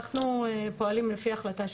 ואנחנו פועלים לפי החלטה שיפוטית.